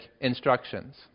instructions